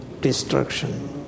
destruction